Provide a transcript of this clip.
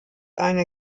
eine